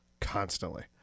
constantly